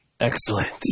Excellent